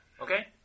Okay